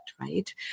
right